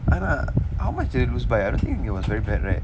ஆனா:aanaa how much did they lose by I don't think it was very bad right